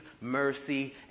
mercy